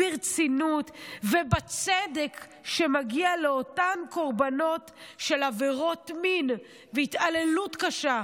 ברצינות ובצדק שמגיע לאותם קורבנות של עבירות מין והתעללות קשה,